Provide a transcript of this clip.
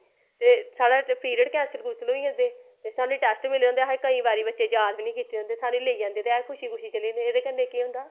ते साढ़े period cancel कुंसल होई जंदे ते साह्नू टैस्ट मिले दे होंदे असें केईं बारी बच्चें जाद बी निं कीते दे होंदा साह्नू लेई जंदे ते अस खुशी खुशी चली जन्ने एह्दे कन्ने केह् होंदा